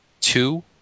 two